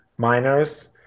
miners